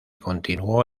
continuó